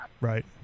Right